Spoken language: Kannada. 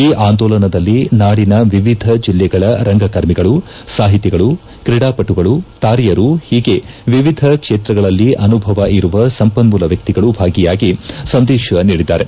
ಈ ಆಂದೋಲನದಲ್ಲಿ ನಾಡಿನ ವಿವಿಧ ಜಿಲ್ಲೆಗಳ ರಂಗಕರ್ಮಿಗಳು ಸಾಹಿತಿಗಳು ತ್ರೇಡಾಪಟುಗಳು ತಾರೆಯರು ಹೀಗೆ ವಿವಿಧ ಕ್ಷೇತ್ರಗಳಲ್ಲಿ ಅನುಭವ ಇರುವ ಸಂಪನ್ನೂಲ ವ್ಯಕ್ತಿಗಳು ಭಾಗಿಯಾಗಿ ಸಂದೇಶ ನೀಡಿದ್ದಾರೆ